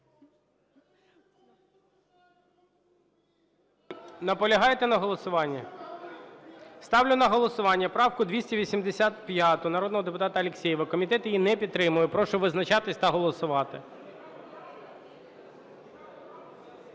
Наполягаєте на голосуванні? Ставлю на голосування правку 258 народного депутата Алєксєєва, комітет її підтримує. Прошу визначатися та голосувати.